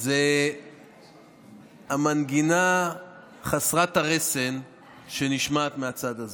זה המנגינה חסרת הרסן שנשמעת מהצד הזה.